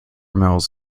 mills